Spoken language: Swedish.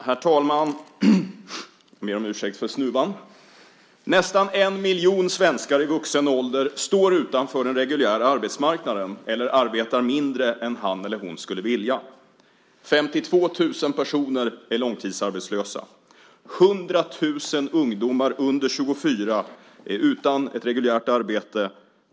Herr talman! Nästan en miljon svenskar i vuxen ålder står utanför den reguljära arbetsmarknaden eller arbetar mindre än han eller hon skulle vilja. 52 000 personer är långtidsarbetslösa. 100 000 ungdomar under 24 års ålder är utan ett reguljärt arbete.